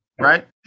right